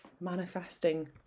manifesting